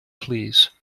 please